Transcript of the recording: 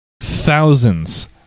thousands